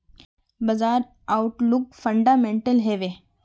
बाजार outlook fundamental हैवै?